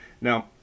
Now